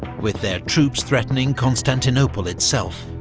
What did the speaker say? with their troops threatening constantinople itself.